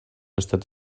estat